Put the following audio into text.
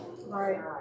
right